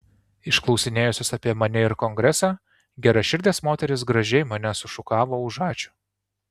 išklausinėjusios apie mane ir kongresą geraširdės moterys gražiai mane sušukavo už ačiū